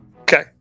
Okay